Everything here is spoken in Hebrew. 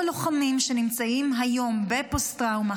רוב הלוחמים שנמצאים היום בפוסט-טראומה,